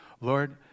Lord